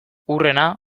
hurrena